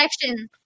section